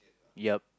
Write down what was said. yup